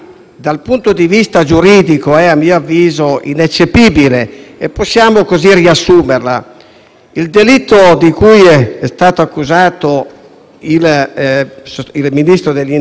Il delitto di cui è stato accusato il Ministro dell'interno è grave (sequestro di persona aggravata, *ex* articolo 605 del codice penale).